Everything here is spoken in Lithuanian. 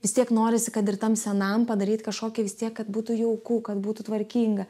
vis tiek norisi kad ir tam senam padaryt kažkokį vis tiek kad būtų jauku kad būtų tvarkinga